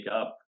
up